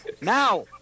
now